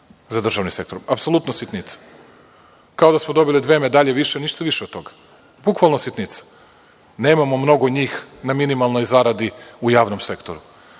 za državni sektor, apsolutno sitnica. Kao da smo dobili dve medalje više, ništa više od toga. Bukvalno sitnica. Nemamo mnogo njih na minimalnoj zaradi u javnom sektoru. Dakle,